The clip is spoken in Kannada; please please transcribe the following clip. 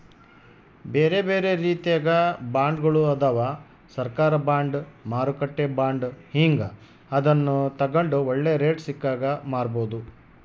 ಬೇರೆಬೇರೆ ರೀತಿಗ ಬಾಂಡ್ಗಳು ಅದವ, ಸರ್ಕಾರ ಬಾಂಡ್, ಮಾರುಕಟ್ಟೆ ಬಾಂಡ್ ಹೀಂಗ, ಅದನ್ನು ತಗಂಡು ಒಳ್ಳೆ ರೇಟು ಸಿಕ್ಕಾಗ ಮಾರಬೋದು